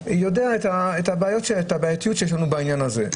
יודע את הבעייתיות שיש לנו בעניין הזה,